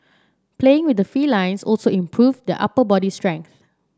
playing with the felines also improve the upper body strength